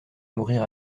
mourir